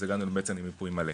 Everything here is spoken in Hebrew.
אז הגענו בעצם עם מיפוי מלא,